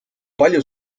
palju